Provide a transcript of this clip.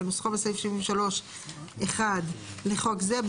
כנוסחו בסעיף 73(1) לחוק זה,